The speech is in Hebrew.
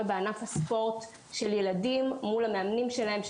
בענף הספורט של ילדים מול המאמנים שלהם,